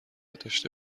داشته